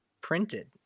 Printed